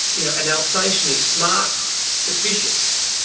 you know an alsatian is smart but vicious,